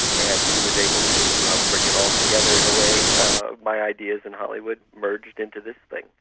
and he was able to bring it all together in a way, my ideas and hollywood merged into this thing.